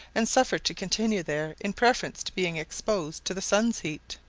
and suffered to continue there in preference to being exposed to the sun's heat.